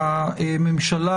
האנושות.